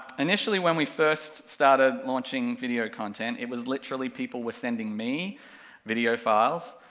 initially when we first started launching video content, it was literally people were sending me video files,